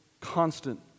constant